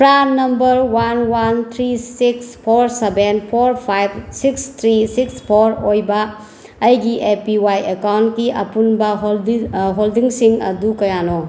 PRAN number one one three six four seven four five six three six four ꯑꯣꯏꯕ ꯑꯩꯒꯤ A P Y ꯑꯦꯀꯥꯎꯟꯀꯤ ꯑꯄꯨꯟꯕ ꯍꯣꯜꯗꯤꯡꯁꯤꯡ ꯑꯗꯨ ꯀꯌꯥꯅꯣ